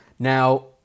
Now